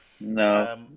No